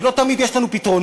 כי לא תמיד יש לנו פתרונות,